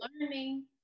learning